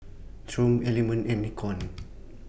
Triumph Element and Nikon